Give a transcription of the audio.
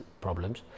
problems